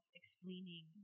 explaining